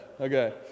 Okay